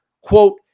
quote